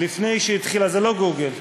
זה לא גוגל.